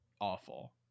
awful